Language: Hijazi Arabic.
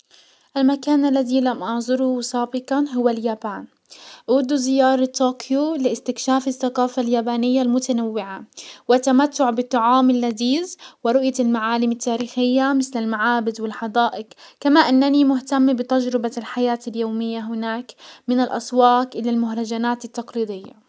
المكان الذي لم اعزره سابقا هو اليابان. اود زيارة طوكيو لاستكشاف الثقافة اليابانية المتنوعة، والتمتع بالطعام اللذيذ ورؤية المعالم التاريخية مسل المعابد والحدائق، كما انني مهتم بتجربة الحياة اليومية هناك من الاسواق الى المهرجانات التقليدية.